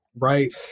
right